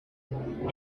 coming